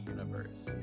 Universe